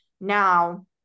now